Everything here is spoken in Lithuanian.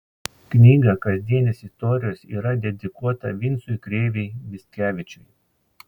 knyga kasdienės istorijos yra dedikuota vincui krėvei mickevičiui